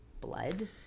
blood